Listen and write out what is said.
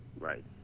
right